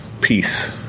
peace